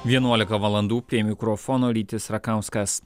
vienuolika valandų prie mikrofono rytis rakauskas